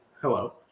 Hello